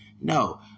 No